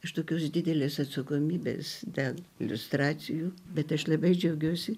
aš tokios didelės atsakomybės dėl iliustracijų bet aš labai džiaugiuosi